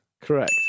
Correct